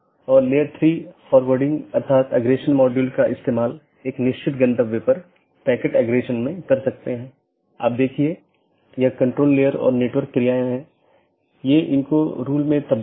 एक पारगमन AS में मल्टी होम AS के समान 2 या अधिक ऑटॉनमस सिस्टम का कनेक्शन होता है लेकिन यह स्थानीय और पारगमन ट्रैफिक दोनों को वहन करता है